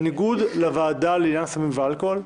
בניגוד לוועדה לעניין הסמים והאלכוהול,